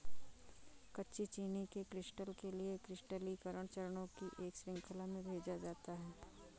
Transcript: कच्ची चीनी के क्रिस्टल के लिए क्रिस्टलीकरण चरणों की एक श्रृंखला में भेजा जाता है